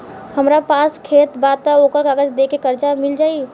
हमरा पास खेत बा त ओकर कागज दे के कर्जा मिल जाई?